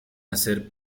hacer